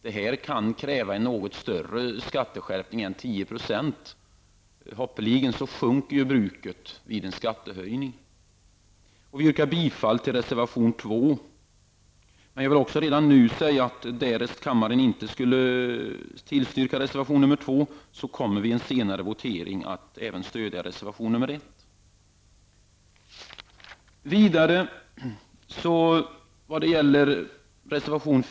Det kan kräva en något större skatteskärpning än 10 %. Hoppeligen sjunker bruket vid en skattehöjning. Vi yrkar bifall till reservation nr 2. Jag vill också redan nu säga att därest kammaren inte skulle tillstyrka reservation nr 2, kommer vi i en senare votering även att stödja reservation nr 1. Herr talman!